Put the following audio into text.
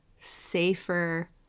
safer